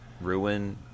ruin